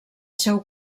seu